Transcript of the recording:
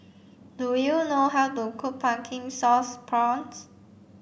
do you know how to cook pumpkin sauce prawns